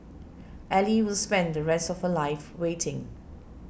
ally will spend the rest of her life waiting